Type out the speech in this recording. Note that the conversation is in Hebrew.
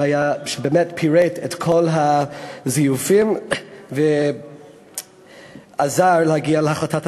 שבאמת פירט בה את כל הזיופים ועזר לשופטים להגיע להחלטה.